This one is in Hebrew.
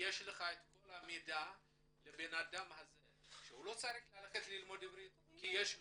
יש לך את כל המידע לאדם הזה שהוא לא צריך ללכת ללמוד עברית כי יש לו,